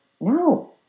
no